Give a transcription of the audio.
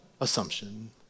assumption